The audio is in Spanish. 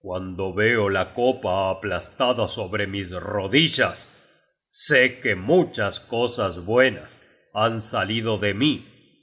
cuando veo la copa aplastada sobre mis rodillas sé que muchas cosas buenas han salido de mí